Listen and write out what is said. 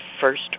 first